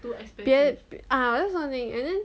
别 ah that's something and then